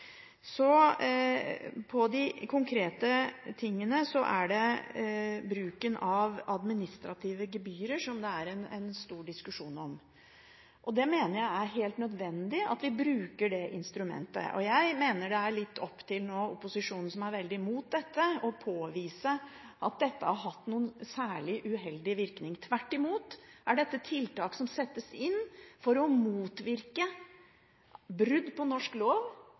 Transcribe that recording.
er det bruken av administrative gebyrer det er stor diskusjon om. Jeg mener det er helt nødvendig at vi bruker det instrumentet. Og jeg mener det nå er litt opp til opposisjonen, som er veldig imot dette, å påvise at det har hatt noen særlig uheldig virkning. Tvert imot er dette tiltak som settes inn for å motvirke brudd på norsk lov